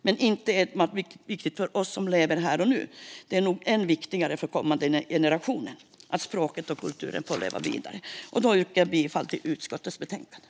Det är inte enbart viktigt för oss som lever här och nu; det är nog än viktigare för kommande generationer att språket och kulturen får leva vidare. Jag yrkar bifall till utskottets förslag i betänkandet.